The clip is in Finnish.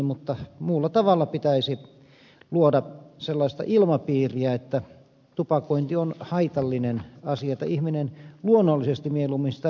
mutta muulla tavalla pitäisi luoda sellaista ilmapiiriä että tupakointi on haitallinen asia että ihminen luonnollisesti mieluummin sitä välttäisi